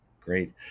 Great